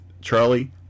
Charlie